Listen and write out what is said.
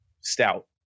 stout